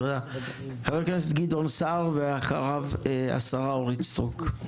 חבר הכנסת גדעון סער ואחריו השרה אורית סטרוק.